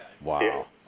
Wow